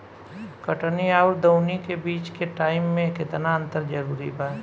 कटनी आउर दऊनी के बीच के टाइम मे केतना अंतर जरूरी बा?